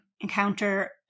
encounter